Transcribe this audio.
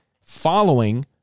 following